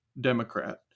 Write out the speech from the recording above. Democrat